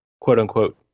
quote-unquote